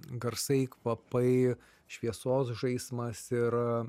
garsai kvapai šviesos žaismas ir